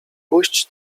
puść